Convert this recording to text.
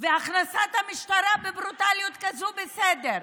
הכנסת המשטרה בברוטליות כזאת, בסדר,